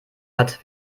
hat